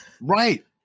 Right